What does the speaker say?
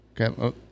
Okay